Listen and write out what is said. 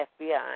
FBI